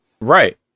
Right